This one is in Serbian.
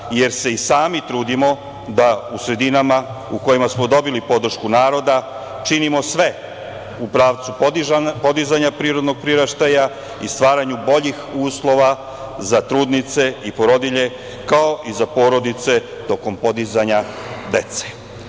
jer se i sami trudimo da u sredinama u kojima smo dobili podršku naroda činimo sve u pravcu podizanja prirodnog priraštaja i stvaranju boljih uslova za trudnice i porodilje, kao i za porodice tokom podizanja dece.Za